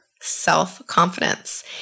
self-confidence